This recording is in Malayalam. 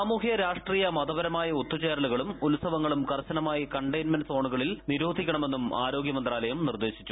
സാമൂഹിക രാഷ്ട്രീയ മതപരമായ ഒത്തുചേരലുകളും ഉത്സവങ്ങളും കർശനമായി കണ്ടെയിൻമെന്റ് സോണുകളിൽ നിരോധിക്കണമെന്നും ആരോഗൃമന്ത്രാലയം നിർദ്ദേശിച്ചു